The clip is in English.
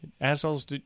Assholes